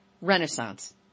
renaissance